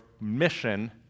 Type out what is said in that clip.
mission